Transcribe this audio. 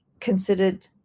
considered